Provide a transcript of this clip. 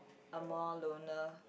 a more loner